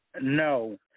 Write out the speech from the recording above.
No